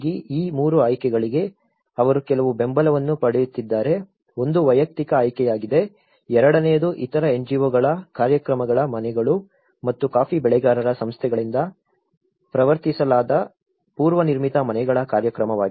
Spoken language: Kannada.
ಈ 3 ಆಯ್ಕೆಗಳಿಗೆ ಅವರು ಕೆಲವು ಬೆಂಬಲವನ್ನು ಪಡೆಯುತ್ತಿದ್ದಾರೆ ಒಂದು ವೈಯಕ್ತಿಕ ಆಯ್ಕೆಯಾಗಿದೆ ಎರಡನೆಯದು ಇತರ NGO ಗಳ ಕಾರ್ಯಕ್ರಮಗಳ ಮನೆಗಳು ಮತ್ತು ಕಾಫಿ ಬೆಳೆಗಾರರ ಸಂಸ್ಥೆಗಳಿಂದ ಪ್ರವರ್ತಿಸಲಾದ ಪೂರ್ವನಿರ್ಮಿತ ಮನೆಗಳ ಕಾರ್ಯಕ್ರಮವಾಗಿದೆ